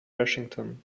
washington